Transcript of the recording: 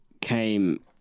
came